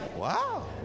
wow